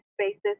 spaces